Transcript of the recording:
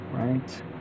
right